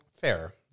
fair